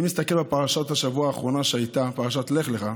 אם נסתכל בפרשת השבוע האחרונה שהייתה, פרשת לך לך,